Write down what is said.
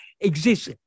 exists